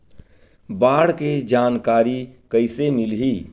बाढ़ के जानकारी कइसे मिलही?